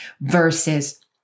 versus